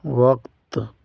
وقت